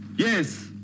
Yes